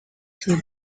two